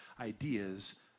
ideas